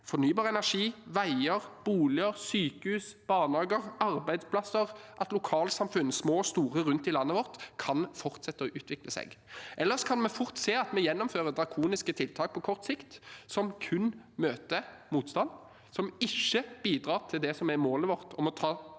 fornybar energi, veier, boliger, sykehus, barnehager, arbeidsplasser, at lokalsamfunn – små og store – rundt i landet vårt kan fortsette å utvikle seg. Ellers kan vi fort se at vi gjennomfører drakoniske tiltak på kort sikt som kun møter motstand, og som ikke bidrar til det som er målet vårt: å ta vare